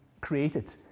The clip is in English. created